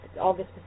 August